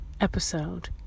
episode